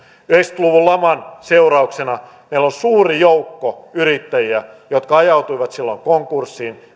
yhdeksänkymmentä luvun laman seurauksena meillä on suuri joukko yrittäjiä jotka ajautuivat silloin konkurssiin